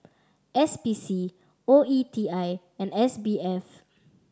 S P C O E T I and S B F